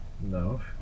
No